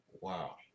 Wow